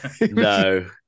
No